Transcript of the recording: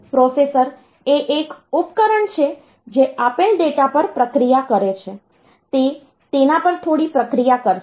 processor એ એક ઉપકરણ છે જે આપેલ ડેટા પર પ્રક્રિયા કરે છે તે તેના પર થોડી પ્રક્રિયા કરશે